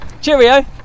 cheerio